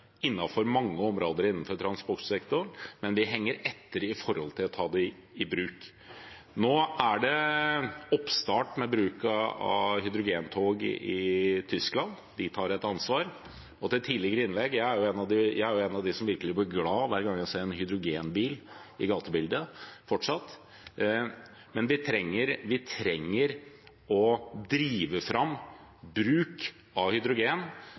mange områder innenfor transportsektoren, men vi henger etter med tanke på å ta det i bruk. Nå er det oppstart med bruk av hydrogentog i Tyskland. De tar et ansvar. Til et tidligere innlegg: Jeg er en av dem som fortsatt virkelig blir glad hver gang jeg ser en hydrogenbil i gatebildet. Men vi trenger å drive fram bruk av hydrogen